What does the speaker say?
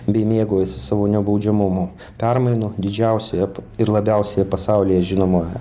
bei mėgaujasi savo nebaudžiamumu permainų didžiausioje ir labiausiai pasaulyje žinomoje